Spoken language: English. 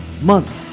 month